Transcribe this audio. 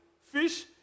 fish